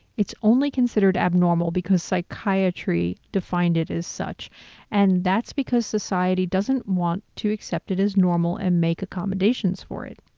it's only considered abnormal because psychiatry defined it as such and that's because society doesn't want to accept it as normal and make accommodations for it.